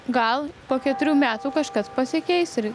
gal po keturių metų kažkas pasikeis ir